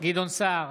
גדעון סער,